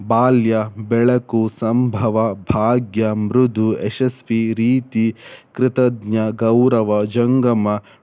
ಬಾಲ್ಯ ಬೆಳಕು ಸಂಭವ ಭಾಗ್ಯ ಮೃದು ಯಶಸ್ವಿ ರೀತಿ ಕೃತಜ್ಞ ಗೌರವ ಜಂಗಮ